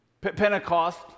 Pentecost